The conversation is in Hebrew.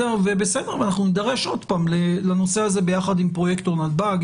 ואנחנו נידרש עוד פעם לנושא הזה ביחד עם פרויקטור נתב"ג.